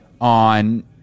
on